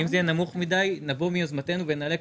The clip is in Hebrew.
אם זה יהיה נמוך מדי נבוא מיוזמתנו ונעלה,